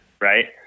Right